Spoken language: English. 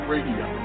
Radio